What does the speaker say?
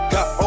Got